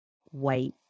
white